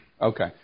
Okay